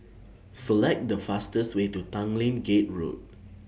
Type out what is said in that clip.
Select The fastest Way to Tanglin Gate Road